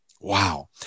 Wow